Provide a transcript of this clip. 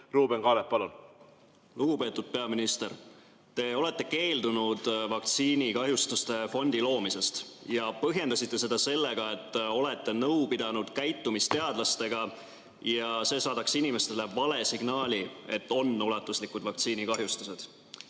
Lugupeetud peaminister! Te olete keeldunud vaktsiinikahjustuste fondi loomast ja põhjendanud seda sellega, et olete nõu pidanud käitumisteadlastega. See saadaks inimestele vale signaali, et on ulatuslikud vaktsiinikahjustused.